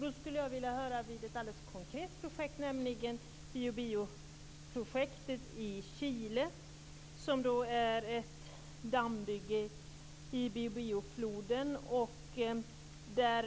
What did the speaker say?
Då skulle jag vilja fråga om ett alldeles konkret projekt, nämligen Bío-Bío-projektet i Chile, som är ett dammbygge i Bío-Bío-floden.